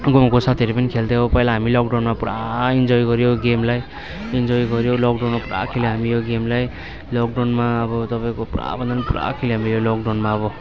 गाउँको साथीहरू पनि खेल्थ्यौँ पहिला हामी लकडाउनमा पुरा इन्जोय गर्यो गेमलाई इन्जोय गर्यो लकडाउनमा पुरा खेल्यो हामी यो गेमलाई लकडाउनमा अब तपाईँको पुराभन्दा पुरा खेल्यो हामीले लकडाउनमा अब